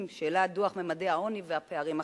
שהעלה דוח ממדי העוני והפערים החברתיים,